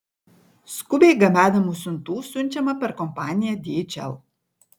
skubiai gabenamų siuntų siunčiama per kompaniją dhl